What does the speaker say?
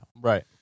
Right